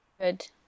good